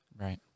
right